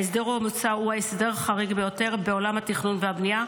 ההסדר המוצע הוא הסדר חריג ביותר בעולם התכנון והבנייה,